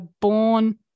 born